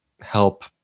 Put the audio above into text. help